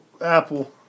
apple